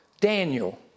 DANIEL